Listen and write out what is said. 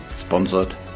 sponsored